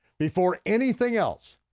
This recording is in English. before anything else,